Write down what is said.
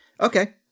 Okay